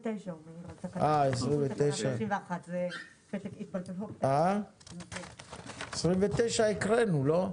אה, 29. 29, הקראנו, לא?